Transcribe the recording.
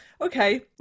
okay